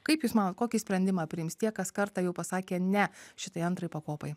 kaip jūs manot kokį sprendimą priims tie kas kartą jau pasakė ne šitai antrai pakopai